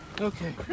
Okay